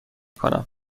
کنم